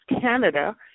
Canada